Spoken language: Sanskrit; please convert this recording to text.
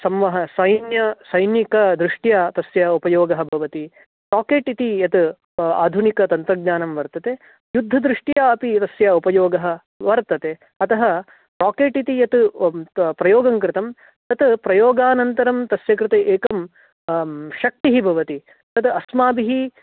संवह सैन्य सैनिकदृष्ट्या तस्य उपयोगः भवति राकेट् इति यत् आधिनिकतन्त्रज्ञानं वर्तते युद्धदृष्ट्या अपि तस्य उपयोगः वर्तते अतः राकेट् इति यत् प्रयोगं कृतं तत् प्रयोगानन्तरं तस्य कृते एकं शक्तिः भवति तत् अस्माभिः